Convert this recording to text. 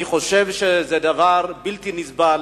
אני חושב שזה דבר בלתי נסבל.